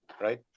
right